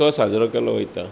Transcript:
तो साजरो केल्लो वयता